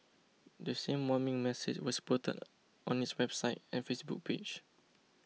the same warning message was posted on its website and Facebook page